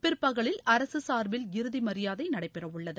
பிற்பகலில் அரசு சாா்பில் இறுதி மரியாதை நடைபெற உள்ளது